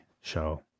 show